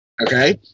Okay